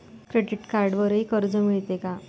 Credit कार्डवरही कर्ज मिळते का?